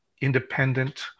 independent